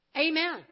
Amen